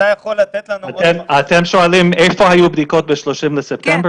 אתם שואלים איפה היו בדיקות ב-30 בספטמבר?